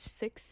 six